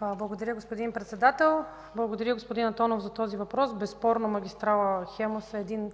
Благодаря, господин Председател. Благодаря, господин Антонов, за този въпрос. Безспорно магистрала „Хемус” е